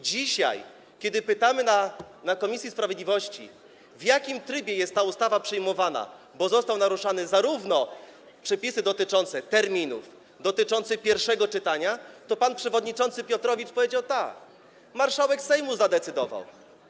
Dzisiaj kiedy pytaliśmy w komisji sprawiedliwości, w jakim trybie jest ta ustawa przyjmowana, bo zostały naruszone przepisy dotyczące terminów, dotyczące pierwszego czytania, to pan przewodniczący Piotrowicz powiedział tak: Marszałek Sejmu zadecydował.